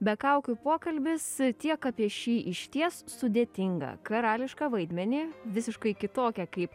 be kaukių pokalbis tiek apie šį išties sudėtingą karališką vaidmenį visiškai kitokia kaip